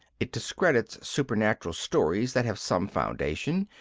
it discredits supernatural stories that have some foundation,